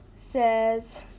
says